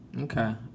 Okay